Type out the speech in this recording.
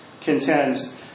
contends